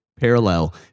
parallel